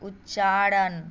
उच्चारण